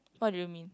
what do you mean